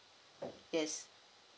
yes